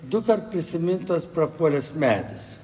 dukart prisimintas prapuolęs medis